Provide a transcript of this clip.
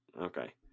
Okay